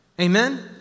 Amen